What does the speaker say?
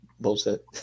Bullshit